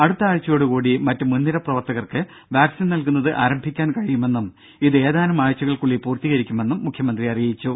അടുത്ത ആഴ്ചയോടുകൂടി മറ്റ് മുൻനിര പ്രവർത്തകർക്ക് വാക്സിൻ നൽകുന്നത് ആരംഭിക്കാൻ കഴിയുമെന്നും ഇത് ഏതാനും ആഴ്ചകൾക്കുള്ളിൽ പൂർത്തീകരിക്കുമെന്നും മുഖ്യമന്ത്രി അറിയിച്ചു